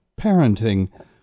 parenting